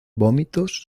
vómitos